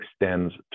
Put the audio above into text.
extends